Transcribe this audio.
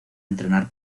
entrenar